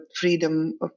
freedom